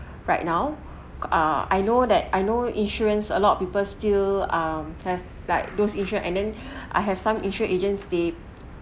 right now ah I know that I know insurance a lot of people still um have like those insured and then I have some insurance agents they